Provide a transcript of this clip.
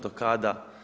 Do kada?